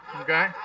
Okay